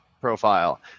profile